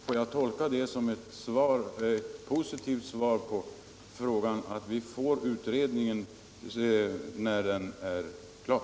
Får jag tolka det som ett positivt svar på frågan, om vi får utredningen när den är klar?